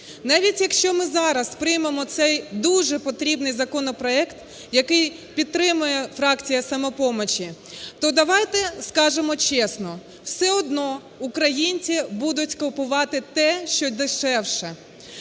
Навіть якщо ми зараз приймемо цей дуже потрібний законопроект, який підтримує фракція "Самопоміч", то давайте скажемо чесно: все одно українці будуть купувати те, що дешевше.